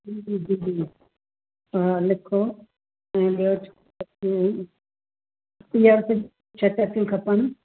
हा लिखो ऐं ॿियो छह चकियूं पीअर्स जूं छह चकियूं खपनि